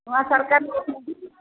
ନୂଆ ସରକାର